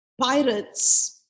pirates